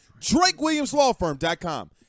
drakewilliamslawfirm.com